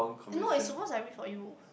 eh no it suppose I wait for you